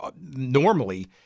normally